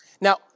Now